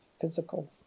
physical